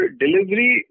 delivery